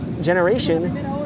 generation